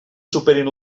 superin